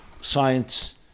science